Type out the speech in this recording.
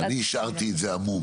אני השארתי את זה עמום.